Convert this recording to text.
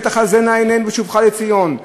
"ותחזינה עינינו בשובך לציון",